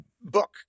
book